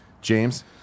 James